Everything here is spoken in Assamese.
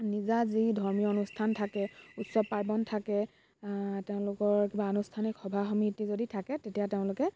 নিজা যি ধৰ্মীয় অুনষ্ঠান থাকে উৎসৱ পাৰ্বণ থাকে তেওঁলোকৰ কিবা আনুষ্ঠানিক সভা সমিতি যদি থাকে তেতিয়া তেওঁলোকে